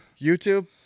YouTube